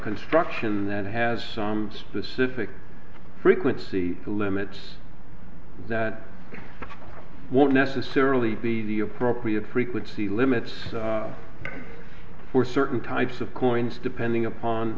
construction that has some specific frequency limits that won't necessarily be the appropriate frequency limits for certain types of coins depending upon